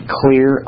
clear